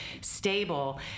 stable